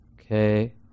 Okay